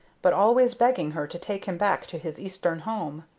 but always begging her to take him back to his eastern home.